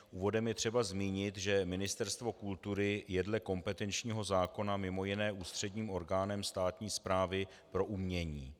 Úvodem je třeba zmínit, že Ministerstvo kultury je dle kompetenčního zákona mimo jiné ústředním orgánem státní správy pro umění.